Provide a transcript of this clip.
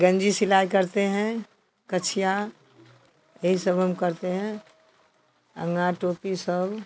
गंजी सिलाई करते हैं कछिया यही सब हम करते हैं अंगा टोपी सब